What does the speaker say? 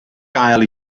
gael